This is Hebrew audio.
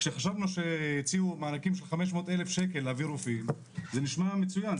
כשהציעו מענקים של 500,000 שקל להביא רופאים זה נשמע מצוין,